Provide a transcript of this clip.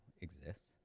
exists